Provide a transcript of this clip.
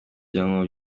ibyangombwa